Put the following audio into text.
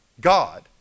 God